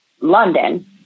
London